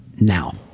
Now